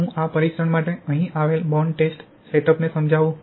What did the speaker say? ચાલો હું આ પરીક્ષણ માટે અહીં આવેલ બોન્ડ ટેસ્ટ સેટઅપને સમજાવું